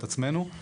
את עצמנו.